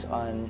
on